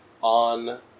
on